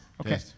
Okay